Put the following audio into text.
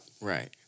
Right